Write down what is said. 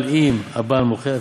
אבל אם הבעל מוכר,